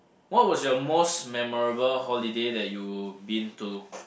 what was your most memorable holiday that you been to